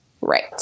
right